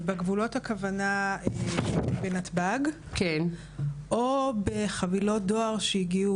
ובגבולות הכוונה בנתב"ג או בחבילות דואר שהגיעו